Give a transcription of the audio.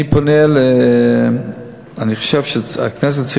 אני חושב שהכנסת,